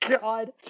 God